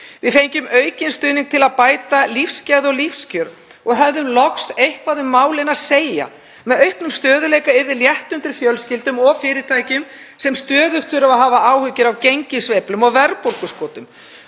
Við fengjum aukinn stuðning til að bæta lífsgæði og lífskjör og hefðum loks eitthvað um málin að segja. Með auknum stöðugleika yrði létt undir með fjölskyldum og fyrirtækjum sem stöðugt þurfa að hafa áhyggjur af gengissveiflum og verðbólguskotum.